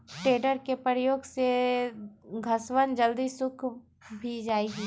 tedder के प्रयोग से घसवन जल्दी सूख भी जाहई